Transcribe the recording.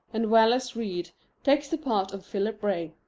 and wallace reid takes the part of philip ray.